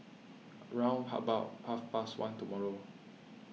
round about half past one tomorrow